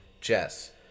Jess